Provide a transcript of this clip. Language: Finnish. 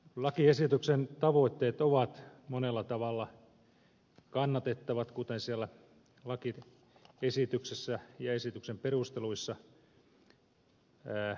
lakiesityksen tavoitteet ovat monella tavalla kannatettavat kuten siellä lakiesityksessä ja esityksen perusteluissa lukee